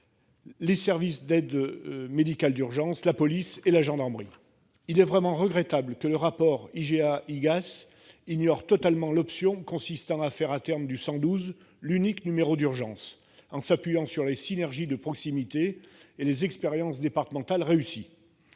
ou services d'aide médicale urgente, la police et la gendarmerie. Il est vraiment regrettable que le rapport IGA-IGAS ignore totalement l'option consistant, à terme, à faire du 112 l'unique numéro d'urgence, en s'appuyant sur les synergies de proximité et sur les expériences départementales réussies.